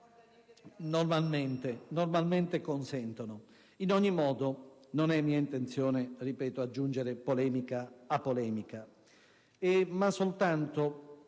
Normalmente consentono. In ogni modo, non è mia intenzione aggiungere polemica a polemica. Vorrei soltanto